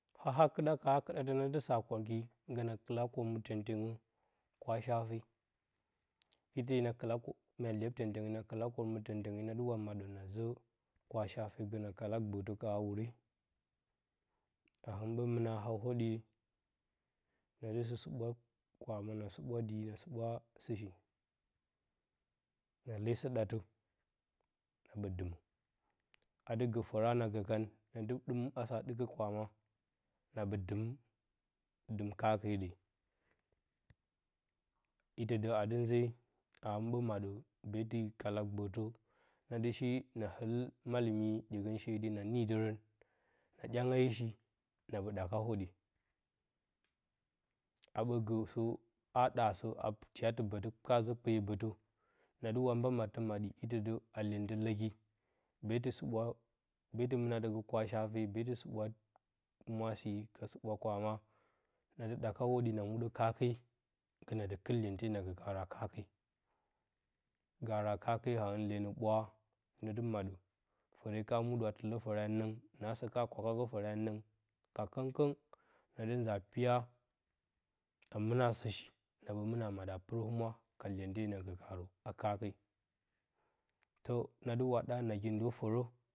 A haa kɨɗa ka haakɨɗatə na dɨ sa kwaki gə na kɨla kormɨ tyengtyeənge kwa shafe ite na kɨla ko mya lyeb tyengtyənge na kɨla kormɨ tyengtyənge na dɨ wa maɗə na zə kwa shafe gə na kal gbəətə ka haawure, Na hɨn ɓɨ mɨna a hwoɗye, na dɨ sɨ suɓwa kwama na suɓwa di na suɓwa sɨshi, na le sə ɗatə na ɓə dɨmə. A dɨ fəra na gə kan, na dɨ ɗɨm asə a ɗɨkə kwama, na ɓə dɨm dɨm kaake de. Itə də a dɨ nzee, a hɨn ɓə maɗə, betɨ kala gbəətə, na dɨ shi na ɨl malɨmi ɗyegənshe de na niidərən, na ɗyanga i shi na ɓə ɗaka hwoɗye. a ɓə gəəsə. a ɓaasə, a tiyatɨ bətə kaa zə kpeyə bətə, na dɨ wa mba mattə maɗi, itə də a lyentə ləki, betɨ suɓwa, betɨ mɨnatə gə kwa shafe betɨ suɓwa humwa shika suɓwa kwama, na dɨ ɗaka hwoɗye na muɗə kaake, gə na dɨ kɨr lyente na gə karə a kaake. Garə a kaake na hɨn lyenə ɓwa, na dɨ maɗə. Fəre ka muɗə a tɨlə fəre a nən, naasə kana kwagə fəre a nən ka kəngkəng na dɨ nza a piya a mɨna a sɨshi na ɓə mɨna maɗə a pɨrə humwa ka lyente na gə karə a kaake. Tə na dɨwa ɗa nagi ndo fərə,